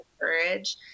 courage